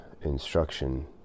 instruction